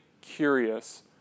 curious